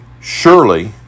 surely